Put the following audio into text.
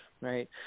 right